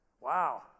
Wow